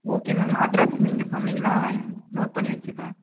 okay ma'am address நீங்கள் சொன்னிங்கன்னால் நான் நோட் பண்ணி வச்சுப்பேன்